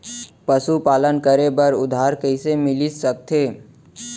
पशुपालन करे बर उधार कइसे मिलिस सकथे?